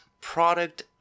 product